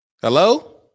Hello